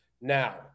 Now